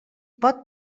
pot